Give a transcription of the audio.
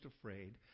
afraid